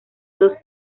dos